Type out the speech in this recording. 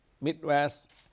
Midwest